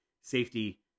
Safety